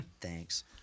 thanks